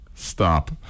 Stop